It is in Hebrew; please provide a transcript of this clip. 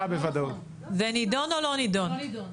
זה נידון או לא נידון?